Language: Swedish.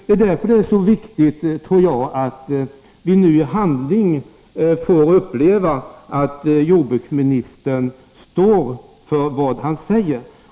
Det är därför så viktigt att vi nu i handling får uppleva att jordbruksministern står för vad han säger.